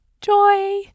joy